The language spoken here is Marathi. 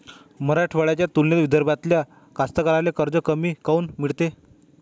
मराठवाड्याच्या तुलनेत विदर्भातल्या कास्तकाराइले कर्ज कमी काऊन मिळते?